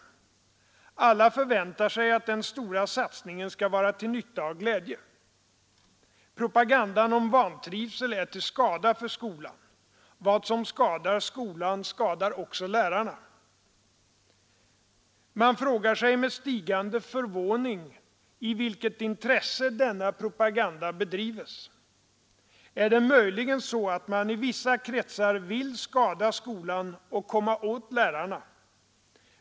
Alla förväntar sig att den stora satsningen skall vara till nytta och glädje. Propagandan om vantrivsel är till skada för skolan. Vad som skadar skolan skadar också lärarna. Man frågar sig med stigande förvåning i vilket intresse denna propaganda bedrives. Är det möjligen så att man i vissa kretsar vill skada skolan och komma åt lärarna?